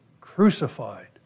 crucified